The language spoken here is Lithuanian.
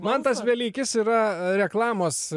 mantas velykis yra reklamos